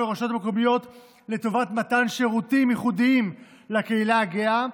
לרשויות המקומיות לטובת מתן שירותים ייחודיים לקהילה הגאה,